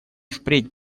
впредь